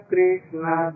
Krishna